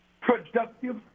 productive